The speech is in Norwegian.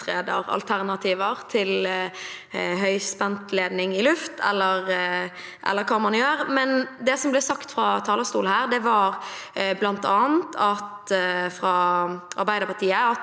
utreder alternativer til høyspentledning i luft eller hva man gjør. Det som ble sagt fra talerstolen her, bl.a. fra Arbeiderpartiet,